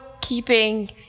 keeping